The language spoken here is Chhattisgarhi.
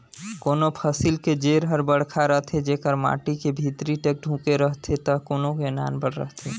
कोनों फसिल के जेर हर बड़खा रथे जेकर माटी के भीतरी तक ढूँके रहथे त कोनो के नानबड़ रहथे